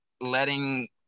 letting